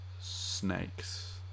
snakes